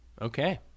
Okay